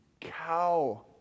cow